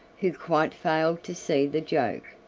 who quite failed to see the joke,